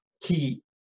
key